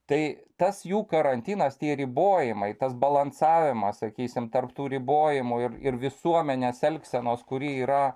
tai tas jų karantinas tie ribojimai tas balansavimas sakysim tarp tų ribojimų ir ir visuomenės elgsenos kuri yra